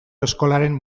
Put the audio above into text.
eskolaren